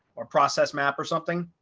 or process map or something.